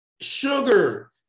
Sugar